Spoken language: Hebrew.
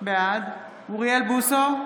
בעד אוריאל בוסו,